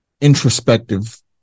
introspective